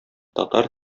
татар